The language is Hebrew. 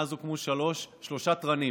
מאז הוקמו שלושה תרנים.